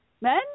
Men